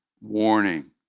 Warning